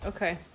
Okay